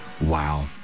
wow